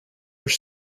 were